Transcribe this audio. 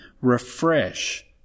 refresh